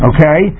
Okay